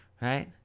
Right